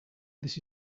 this